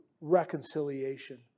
reconciliation